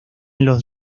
los